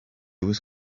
was